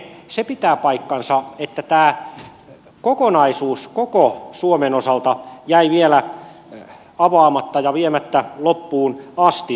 se pitää paikkansa että tämä kokonaisuus koko suomen osalta jäi vielä avaamatta ja viemättä loppuun asti